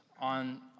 on